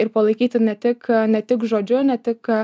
ir palaikyti ne tik ne tik žodžiu ne tik